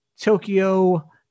Tokyo